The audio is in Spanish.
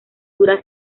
dura